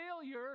failure